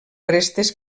restes